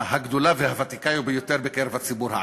הגדולה והוותיקה ביותר בקרב הציבור הערבי.